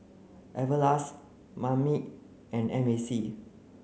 Everlast Marmite and M A C